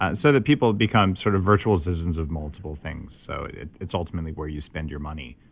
and so that people become sort of virtual citizens of multiple things. so it's ultimately where you spend your money.